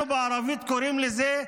אנחנו בערבית קוראים לזה: